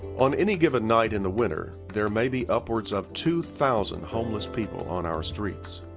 on any given night in the winter, there may be upwards of two thousand homeless people on our streets.